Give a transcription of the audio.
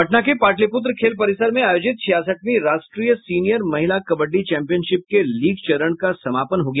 पटना के पाटलिपुत्र खेल परिसर में आयोजित छियासठवीं राष्ट्रीय सीनियर महिला कबड्डी चैंपियनशिप के लीग चरण का समापन हो गया